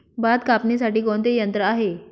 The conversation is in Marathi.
भात कापणीसाठी कोणते यंत्र आहे?